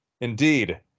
indeed